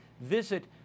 visit